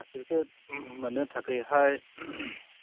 certificate मोननो थाखैहाय